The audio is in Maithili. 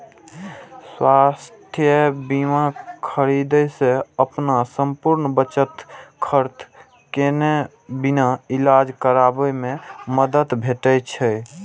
स्वास्थ्य बीमा खरीदै सं अपन संपूर्ण बचत खर्च केने बिना इलाज कराबै मे मदति भेटै छै